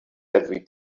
every